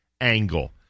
angle